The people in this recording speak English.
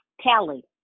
tally